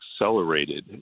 accelerated